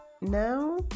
now